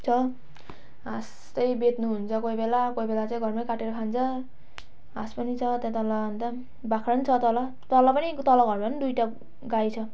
छ हाँस चाहिँ बेच्नु हुन्छ कोही बेला कोही बेला चाहिँ घरमै काटेर खान्छ हाँस पनि छ त्यहाँ तल अन्त बाख्रा छ तल तल पनि तल घरमा दुइवटा गाई छ